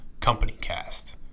companycast